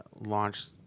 launched